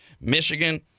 Michigan